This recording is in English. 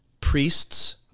priests